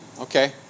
Okay